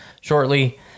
shortly